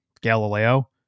Galileo